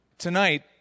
Tonight